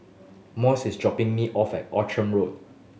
Moises is dropping me off at Outram Road